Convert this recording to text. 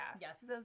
Yes